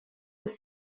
ist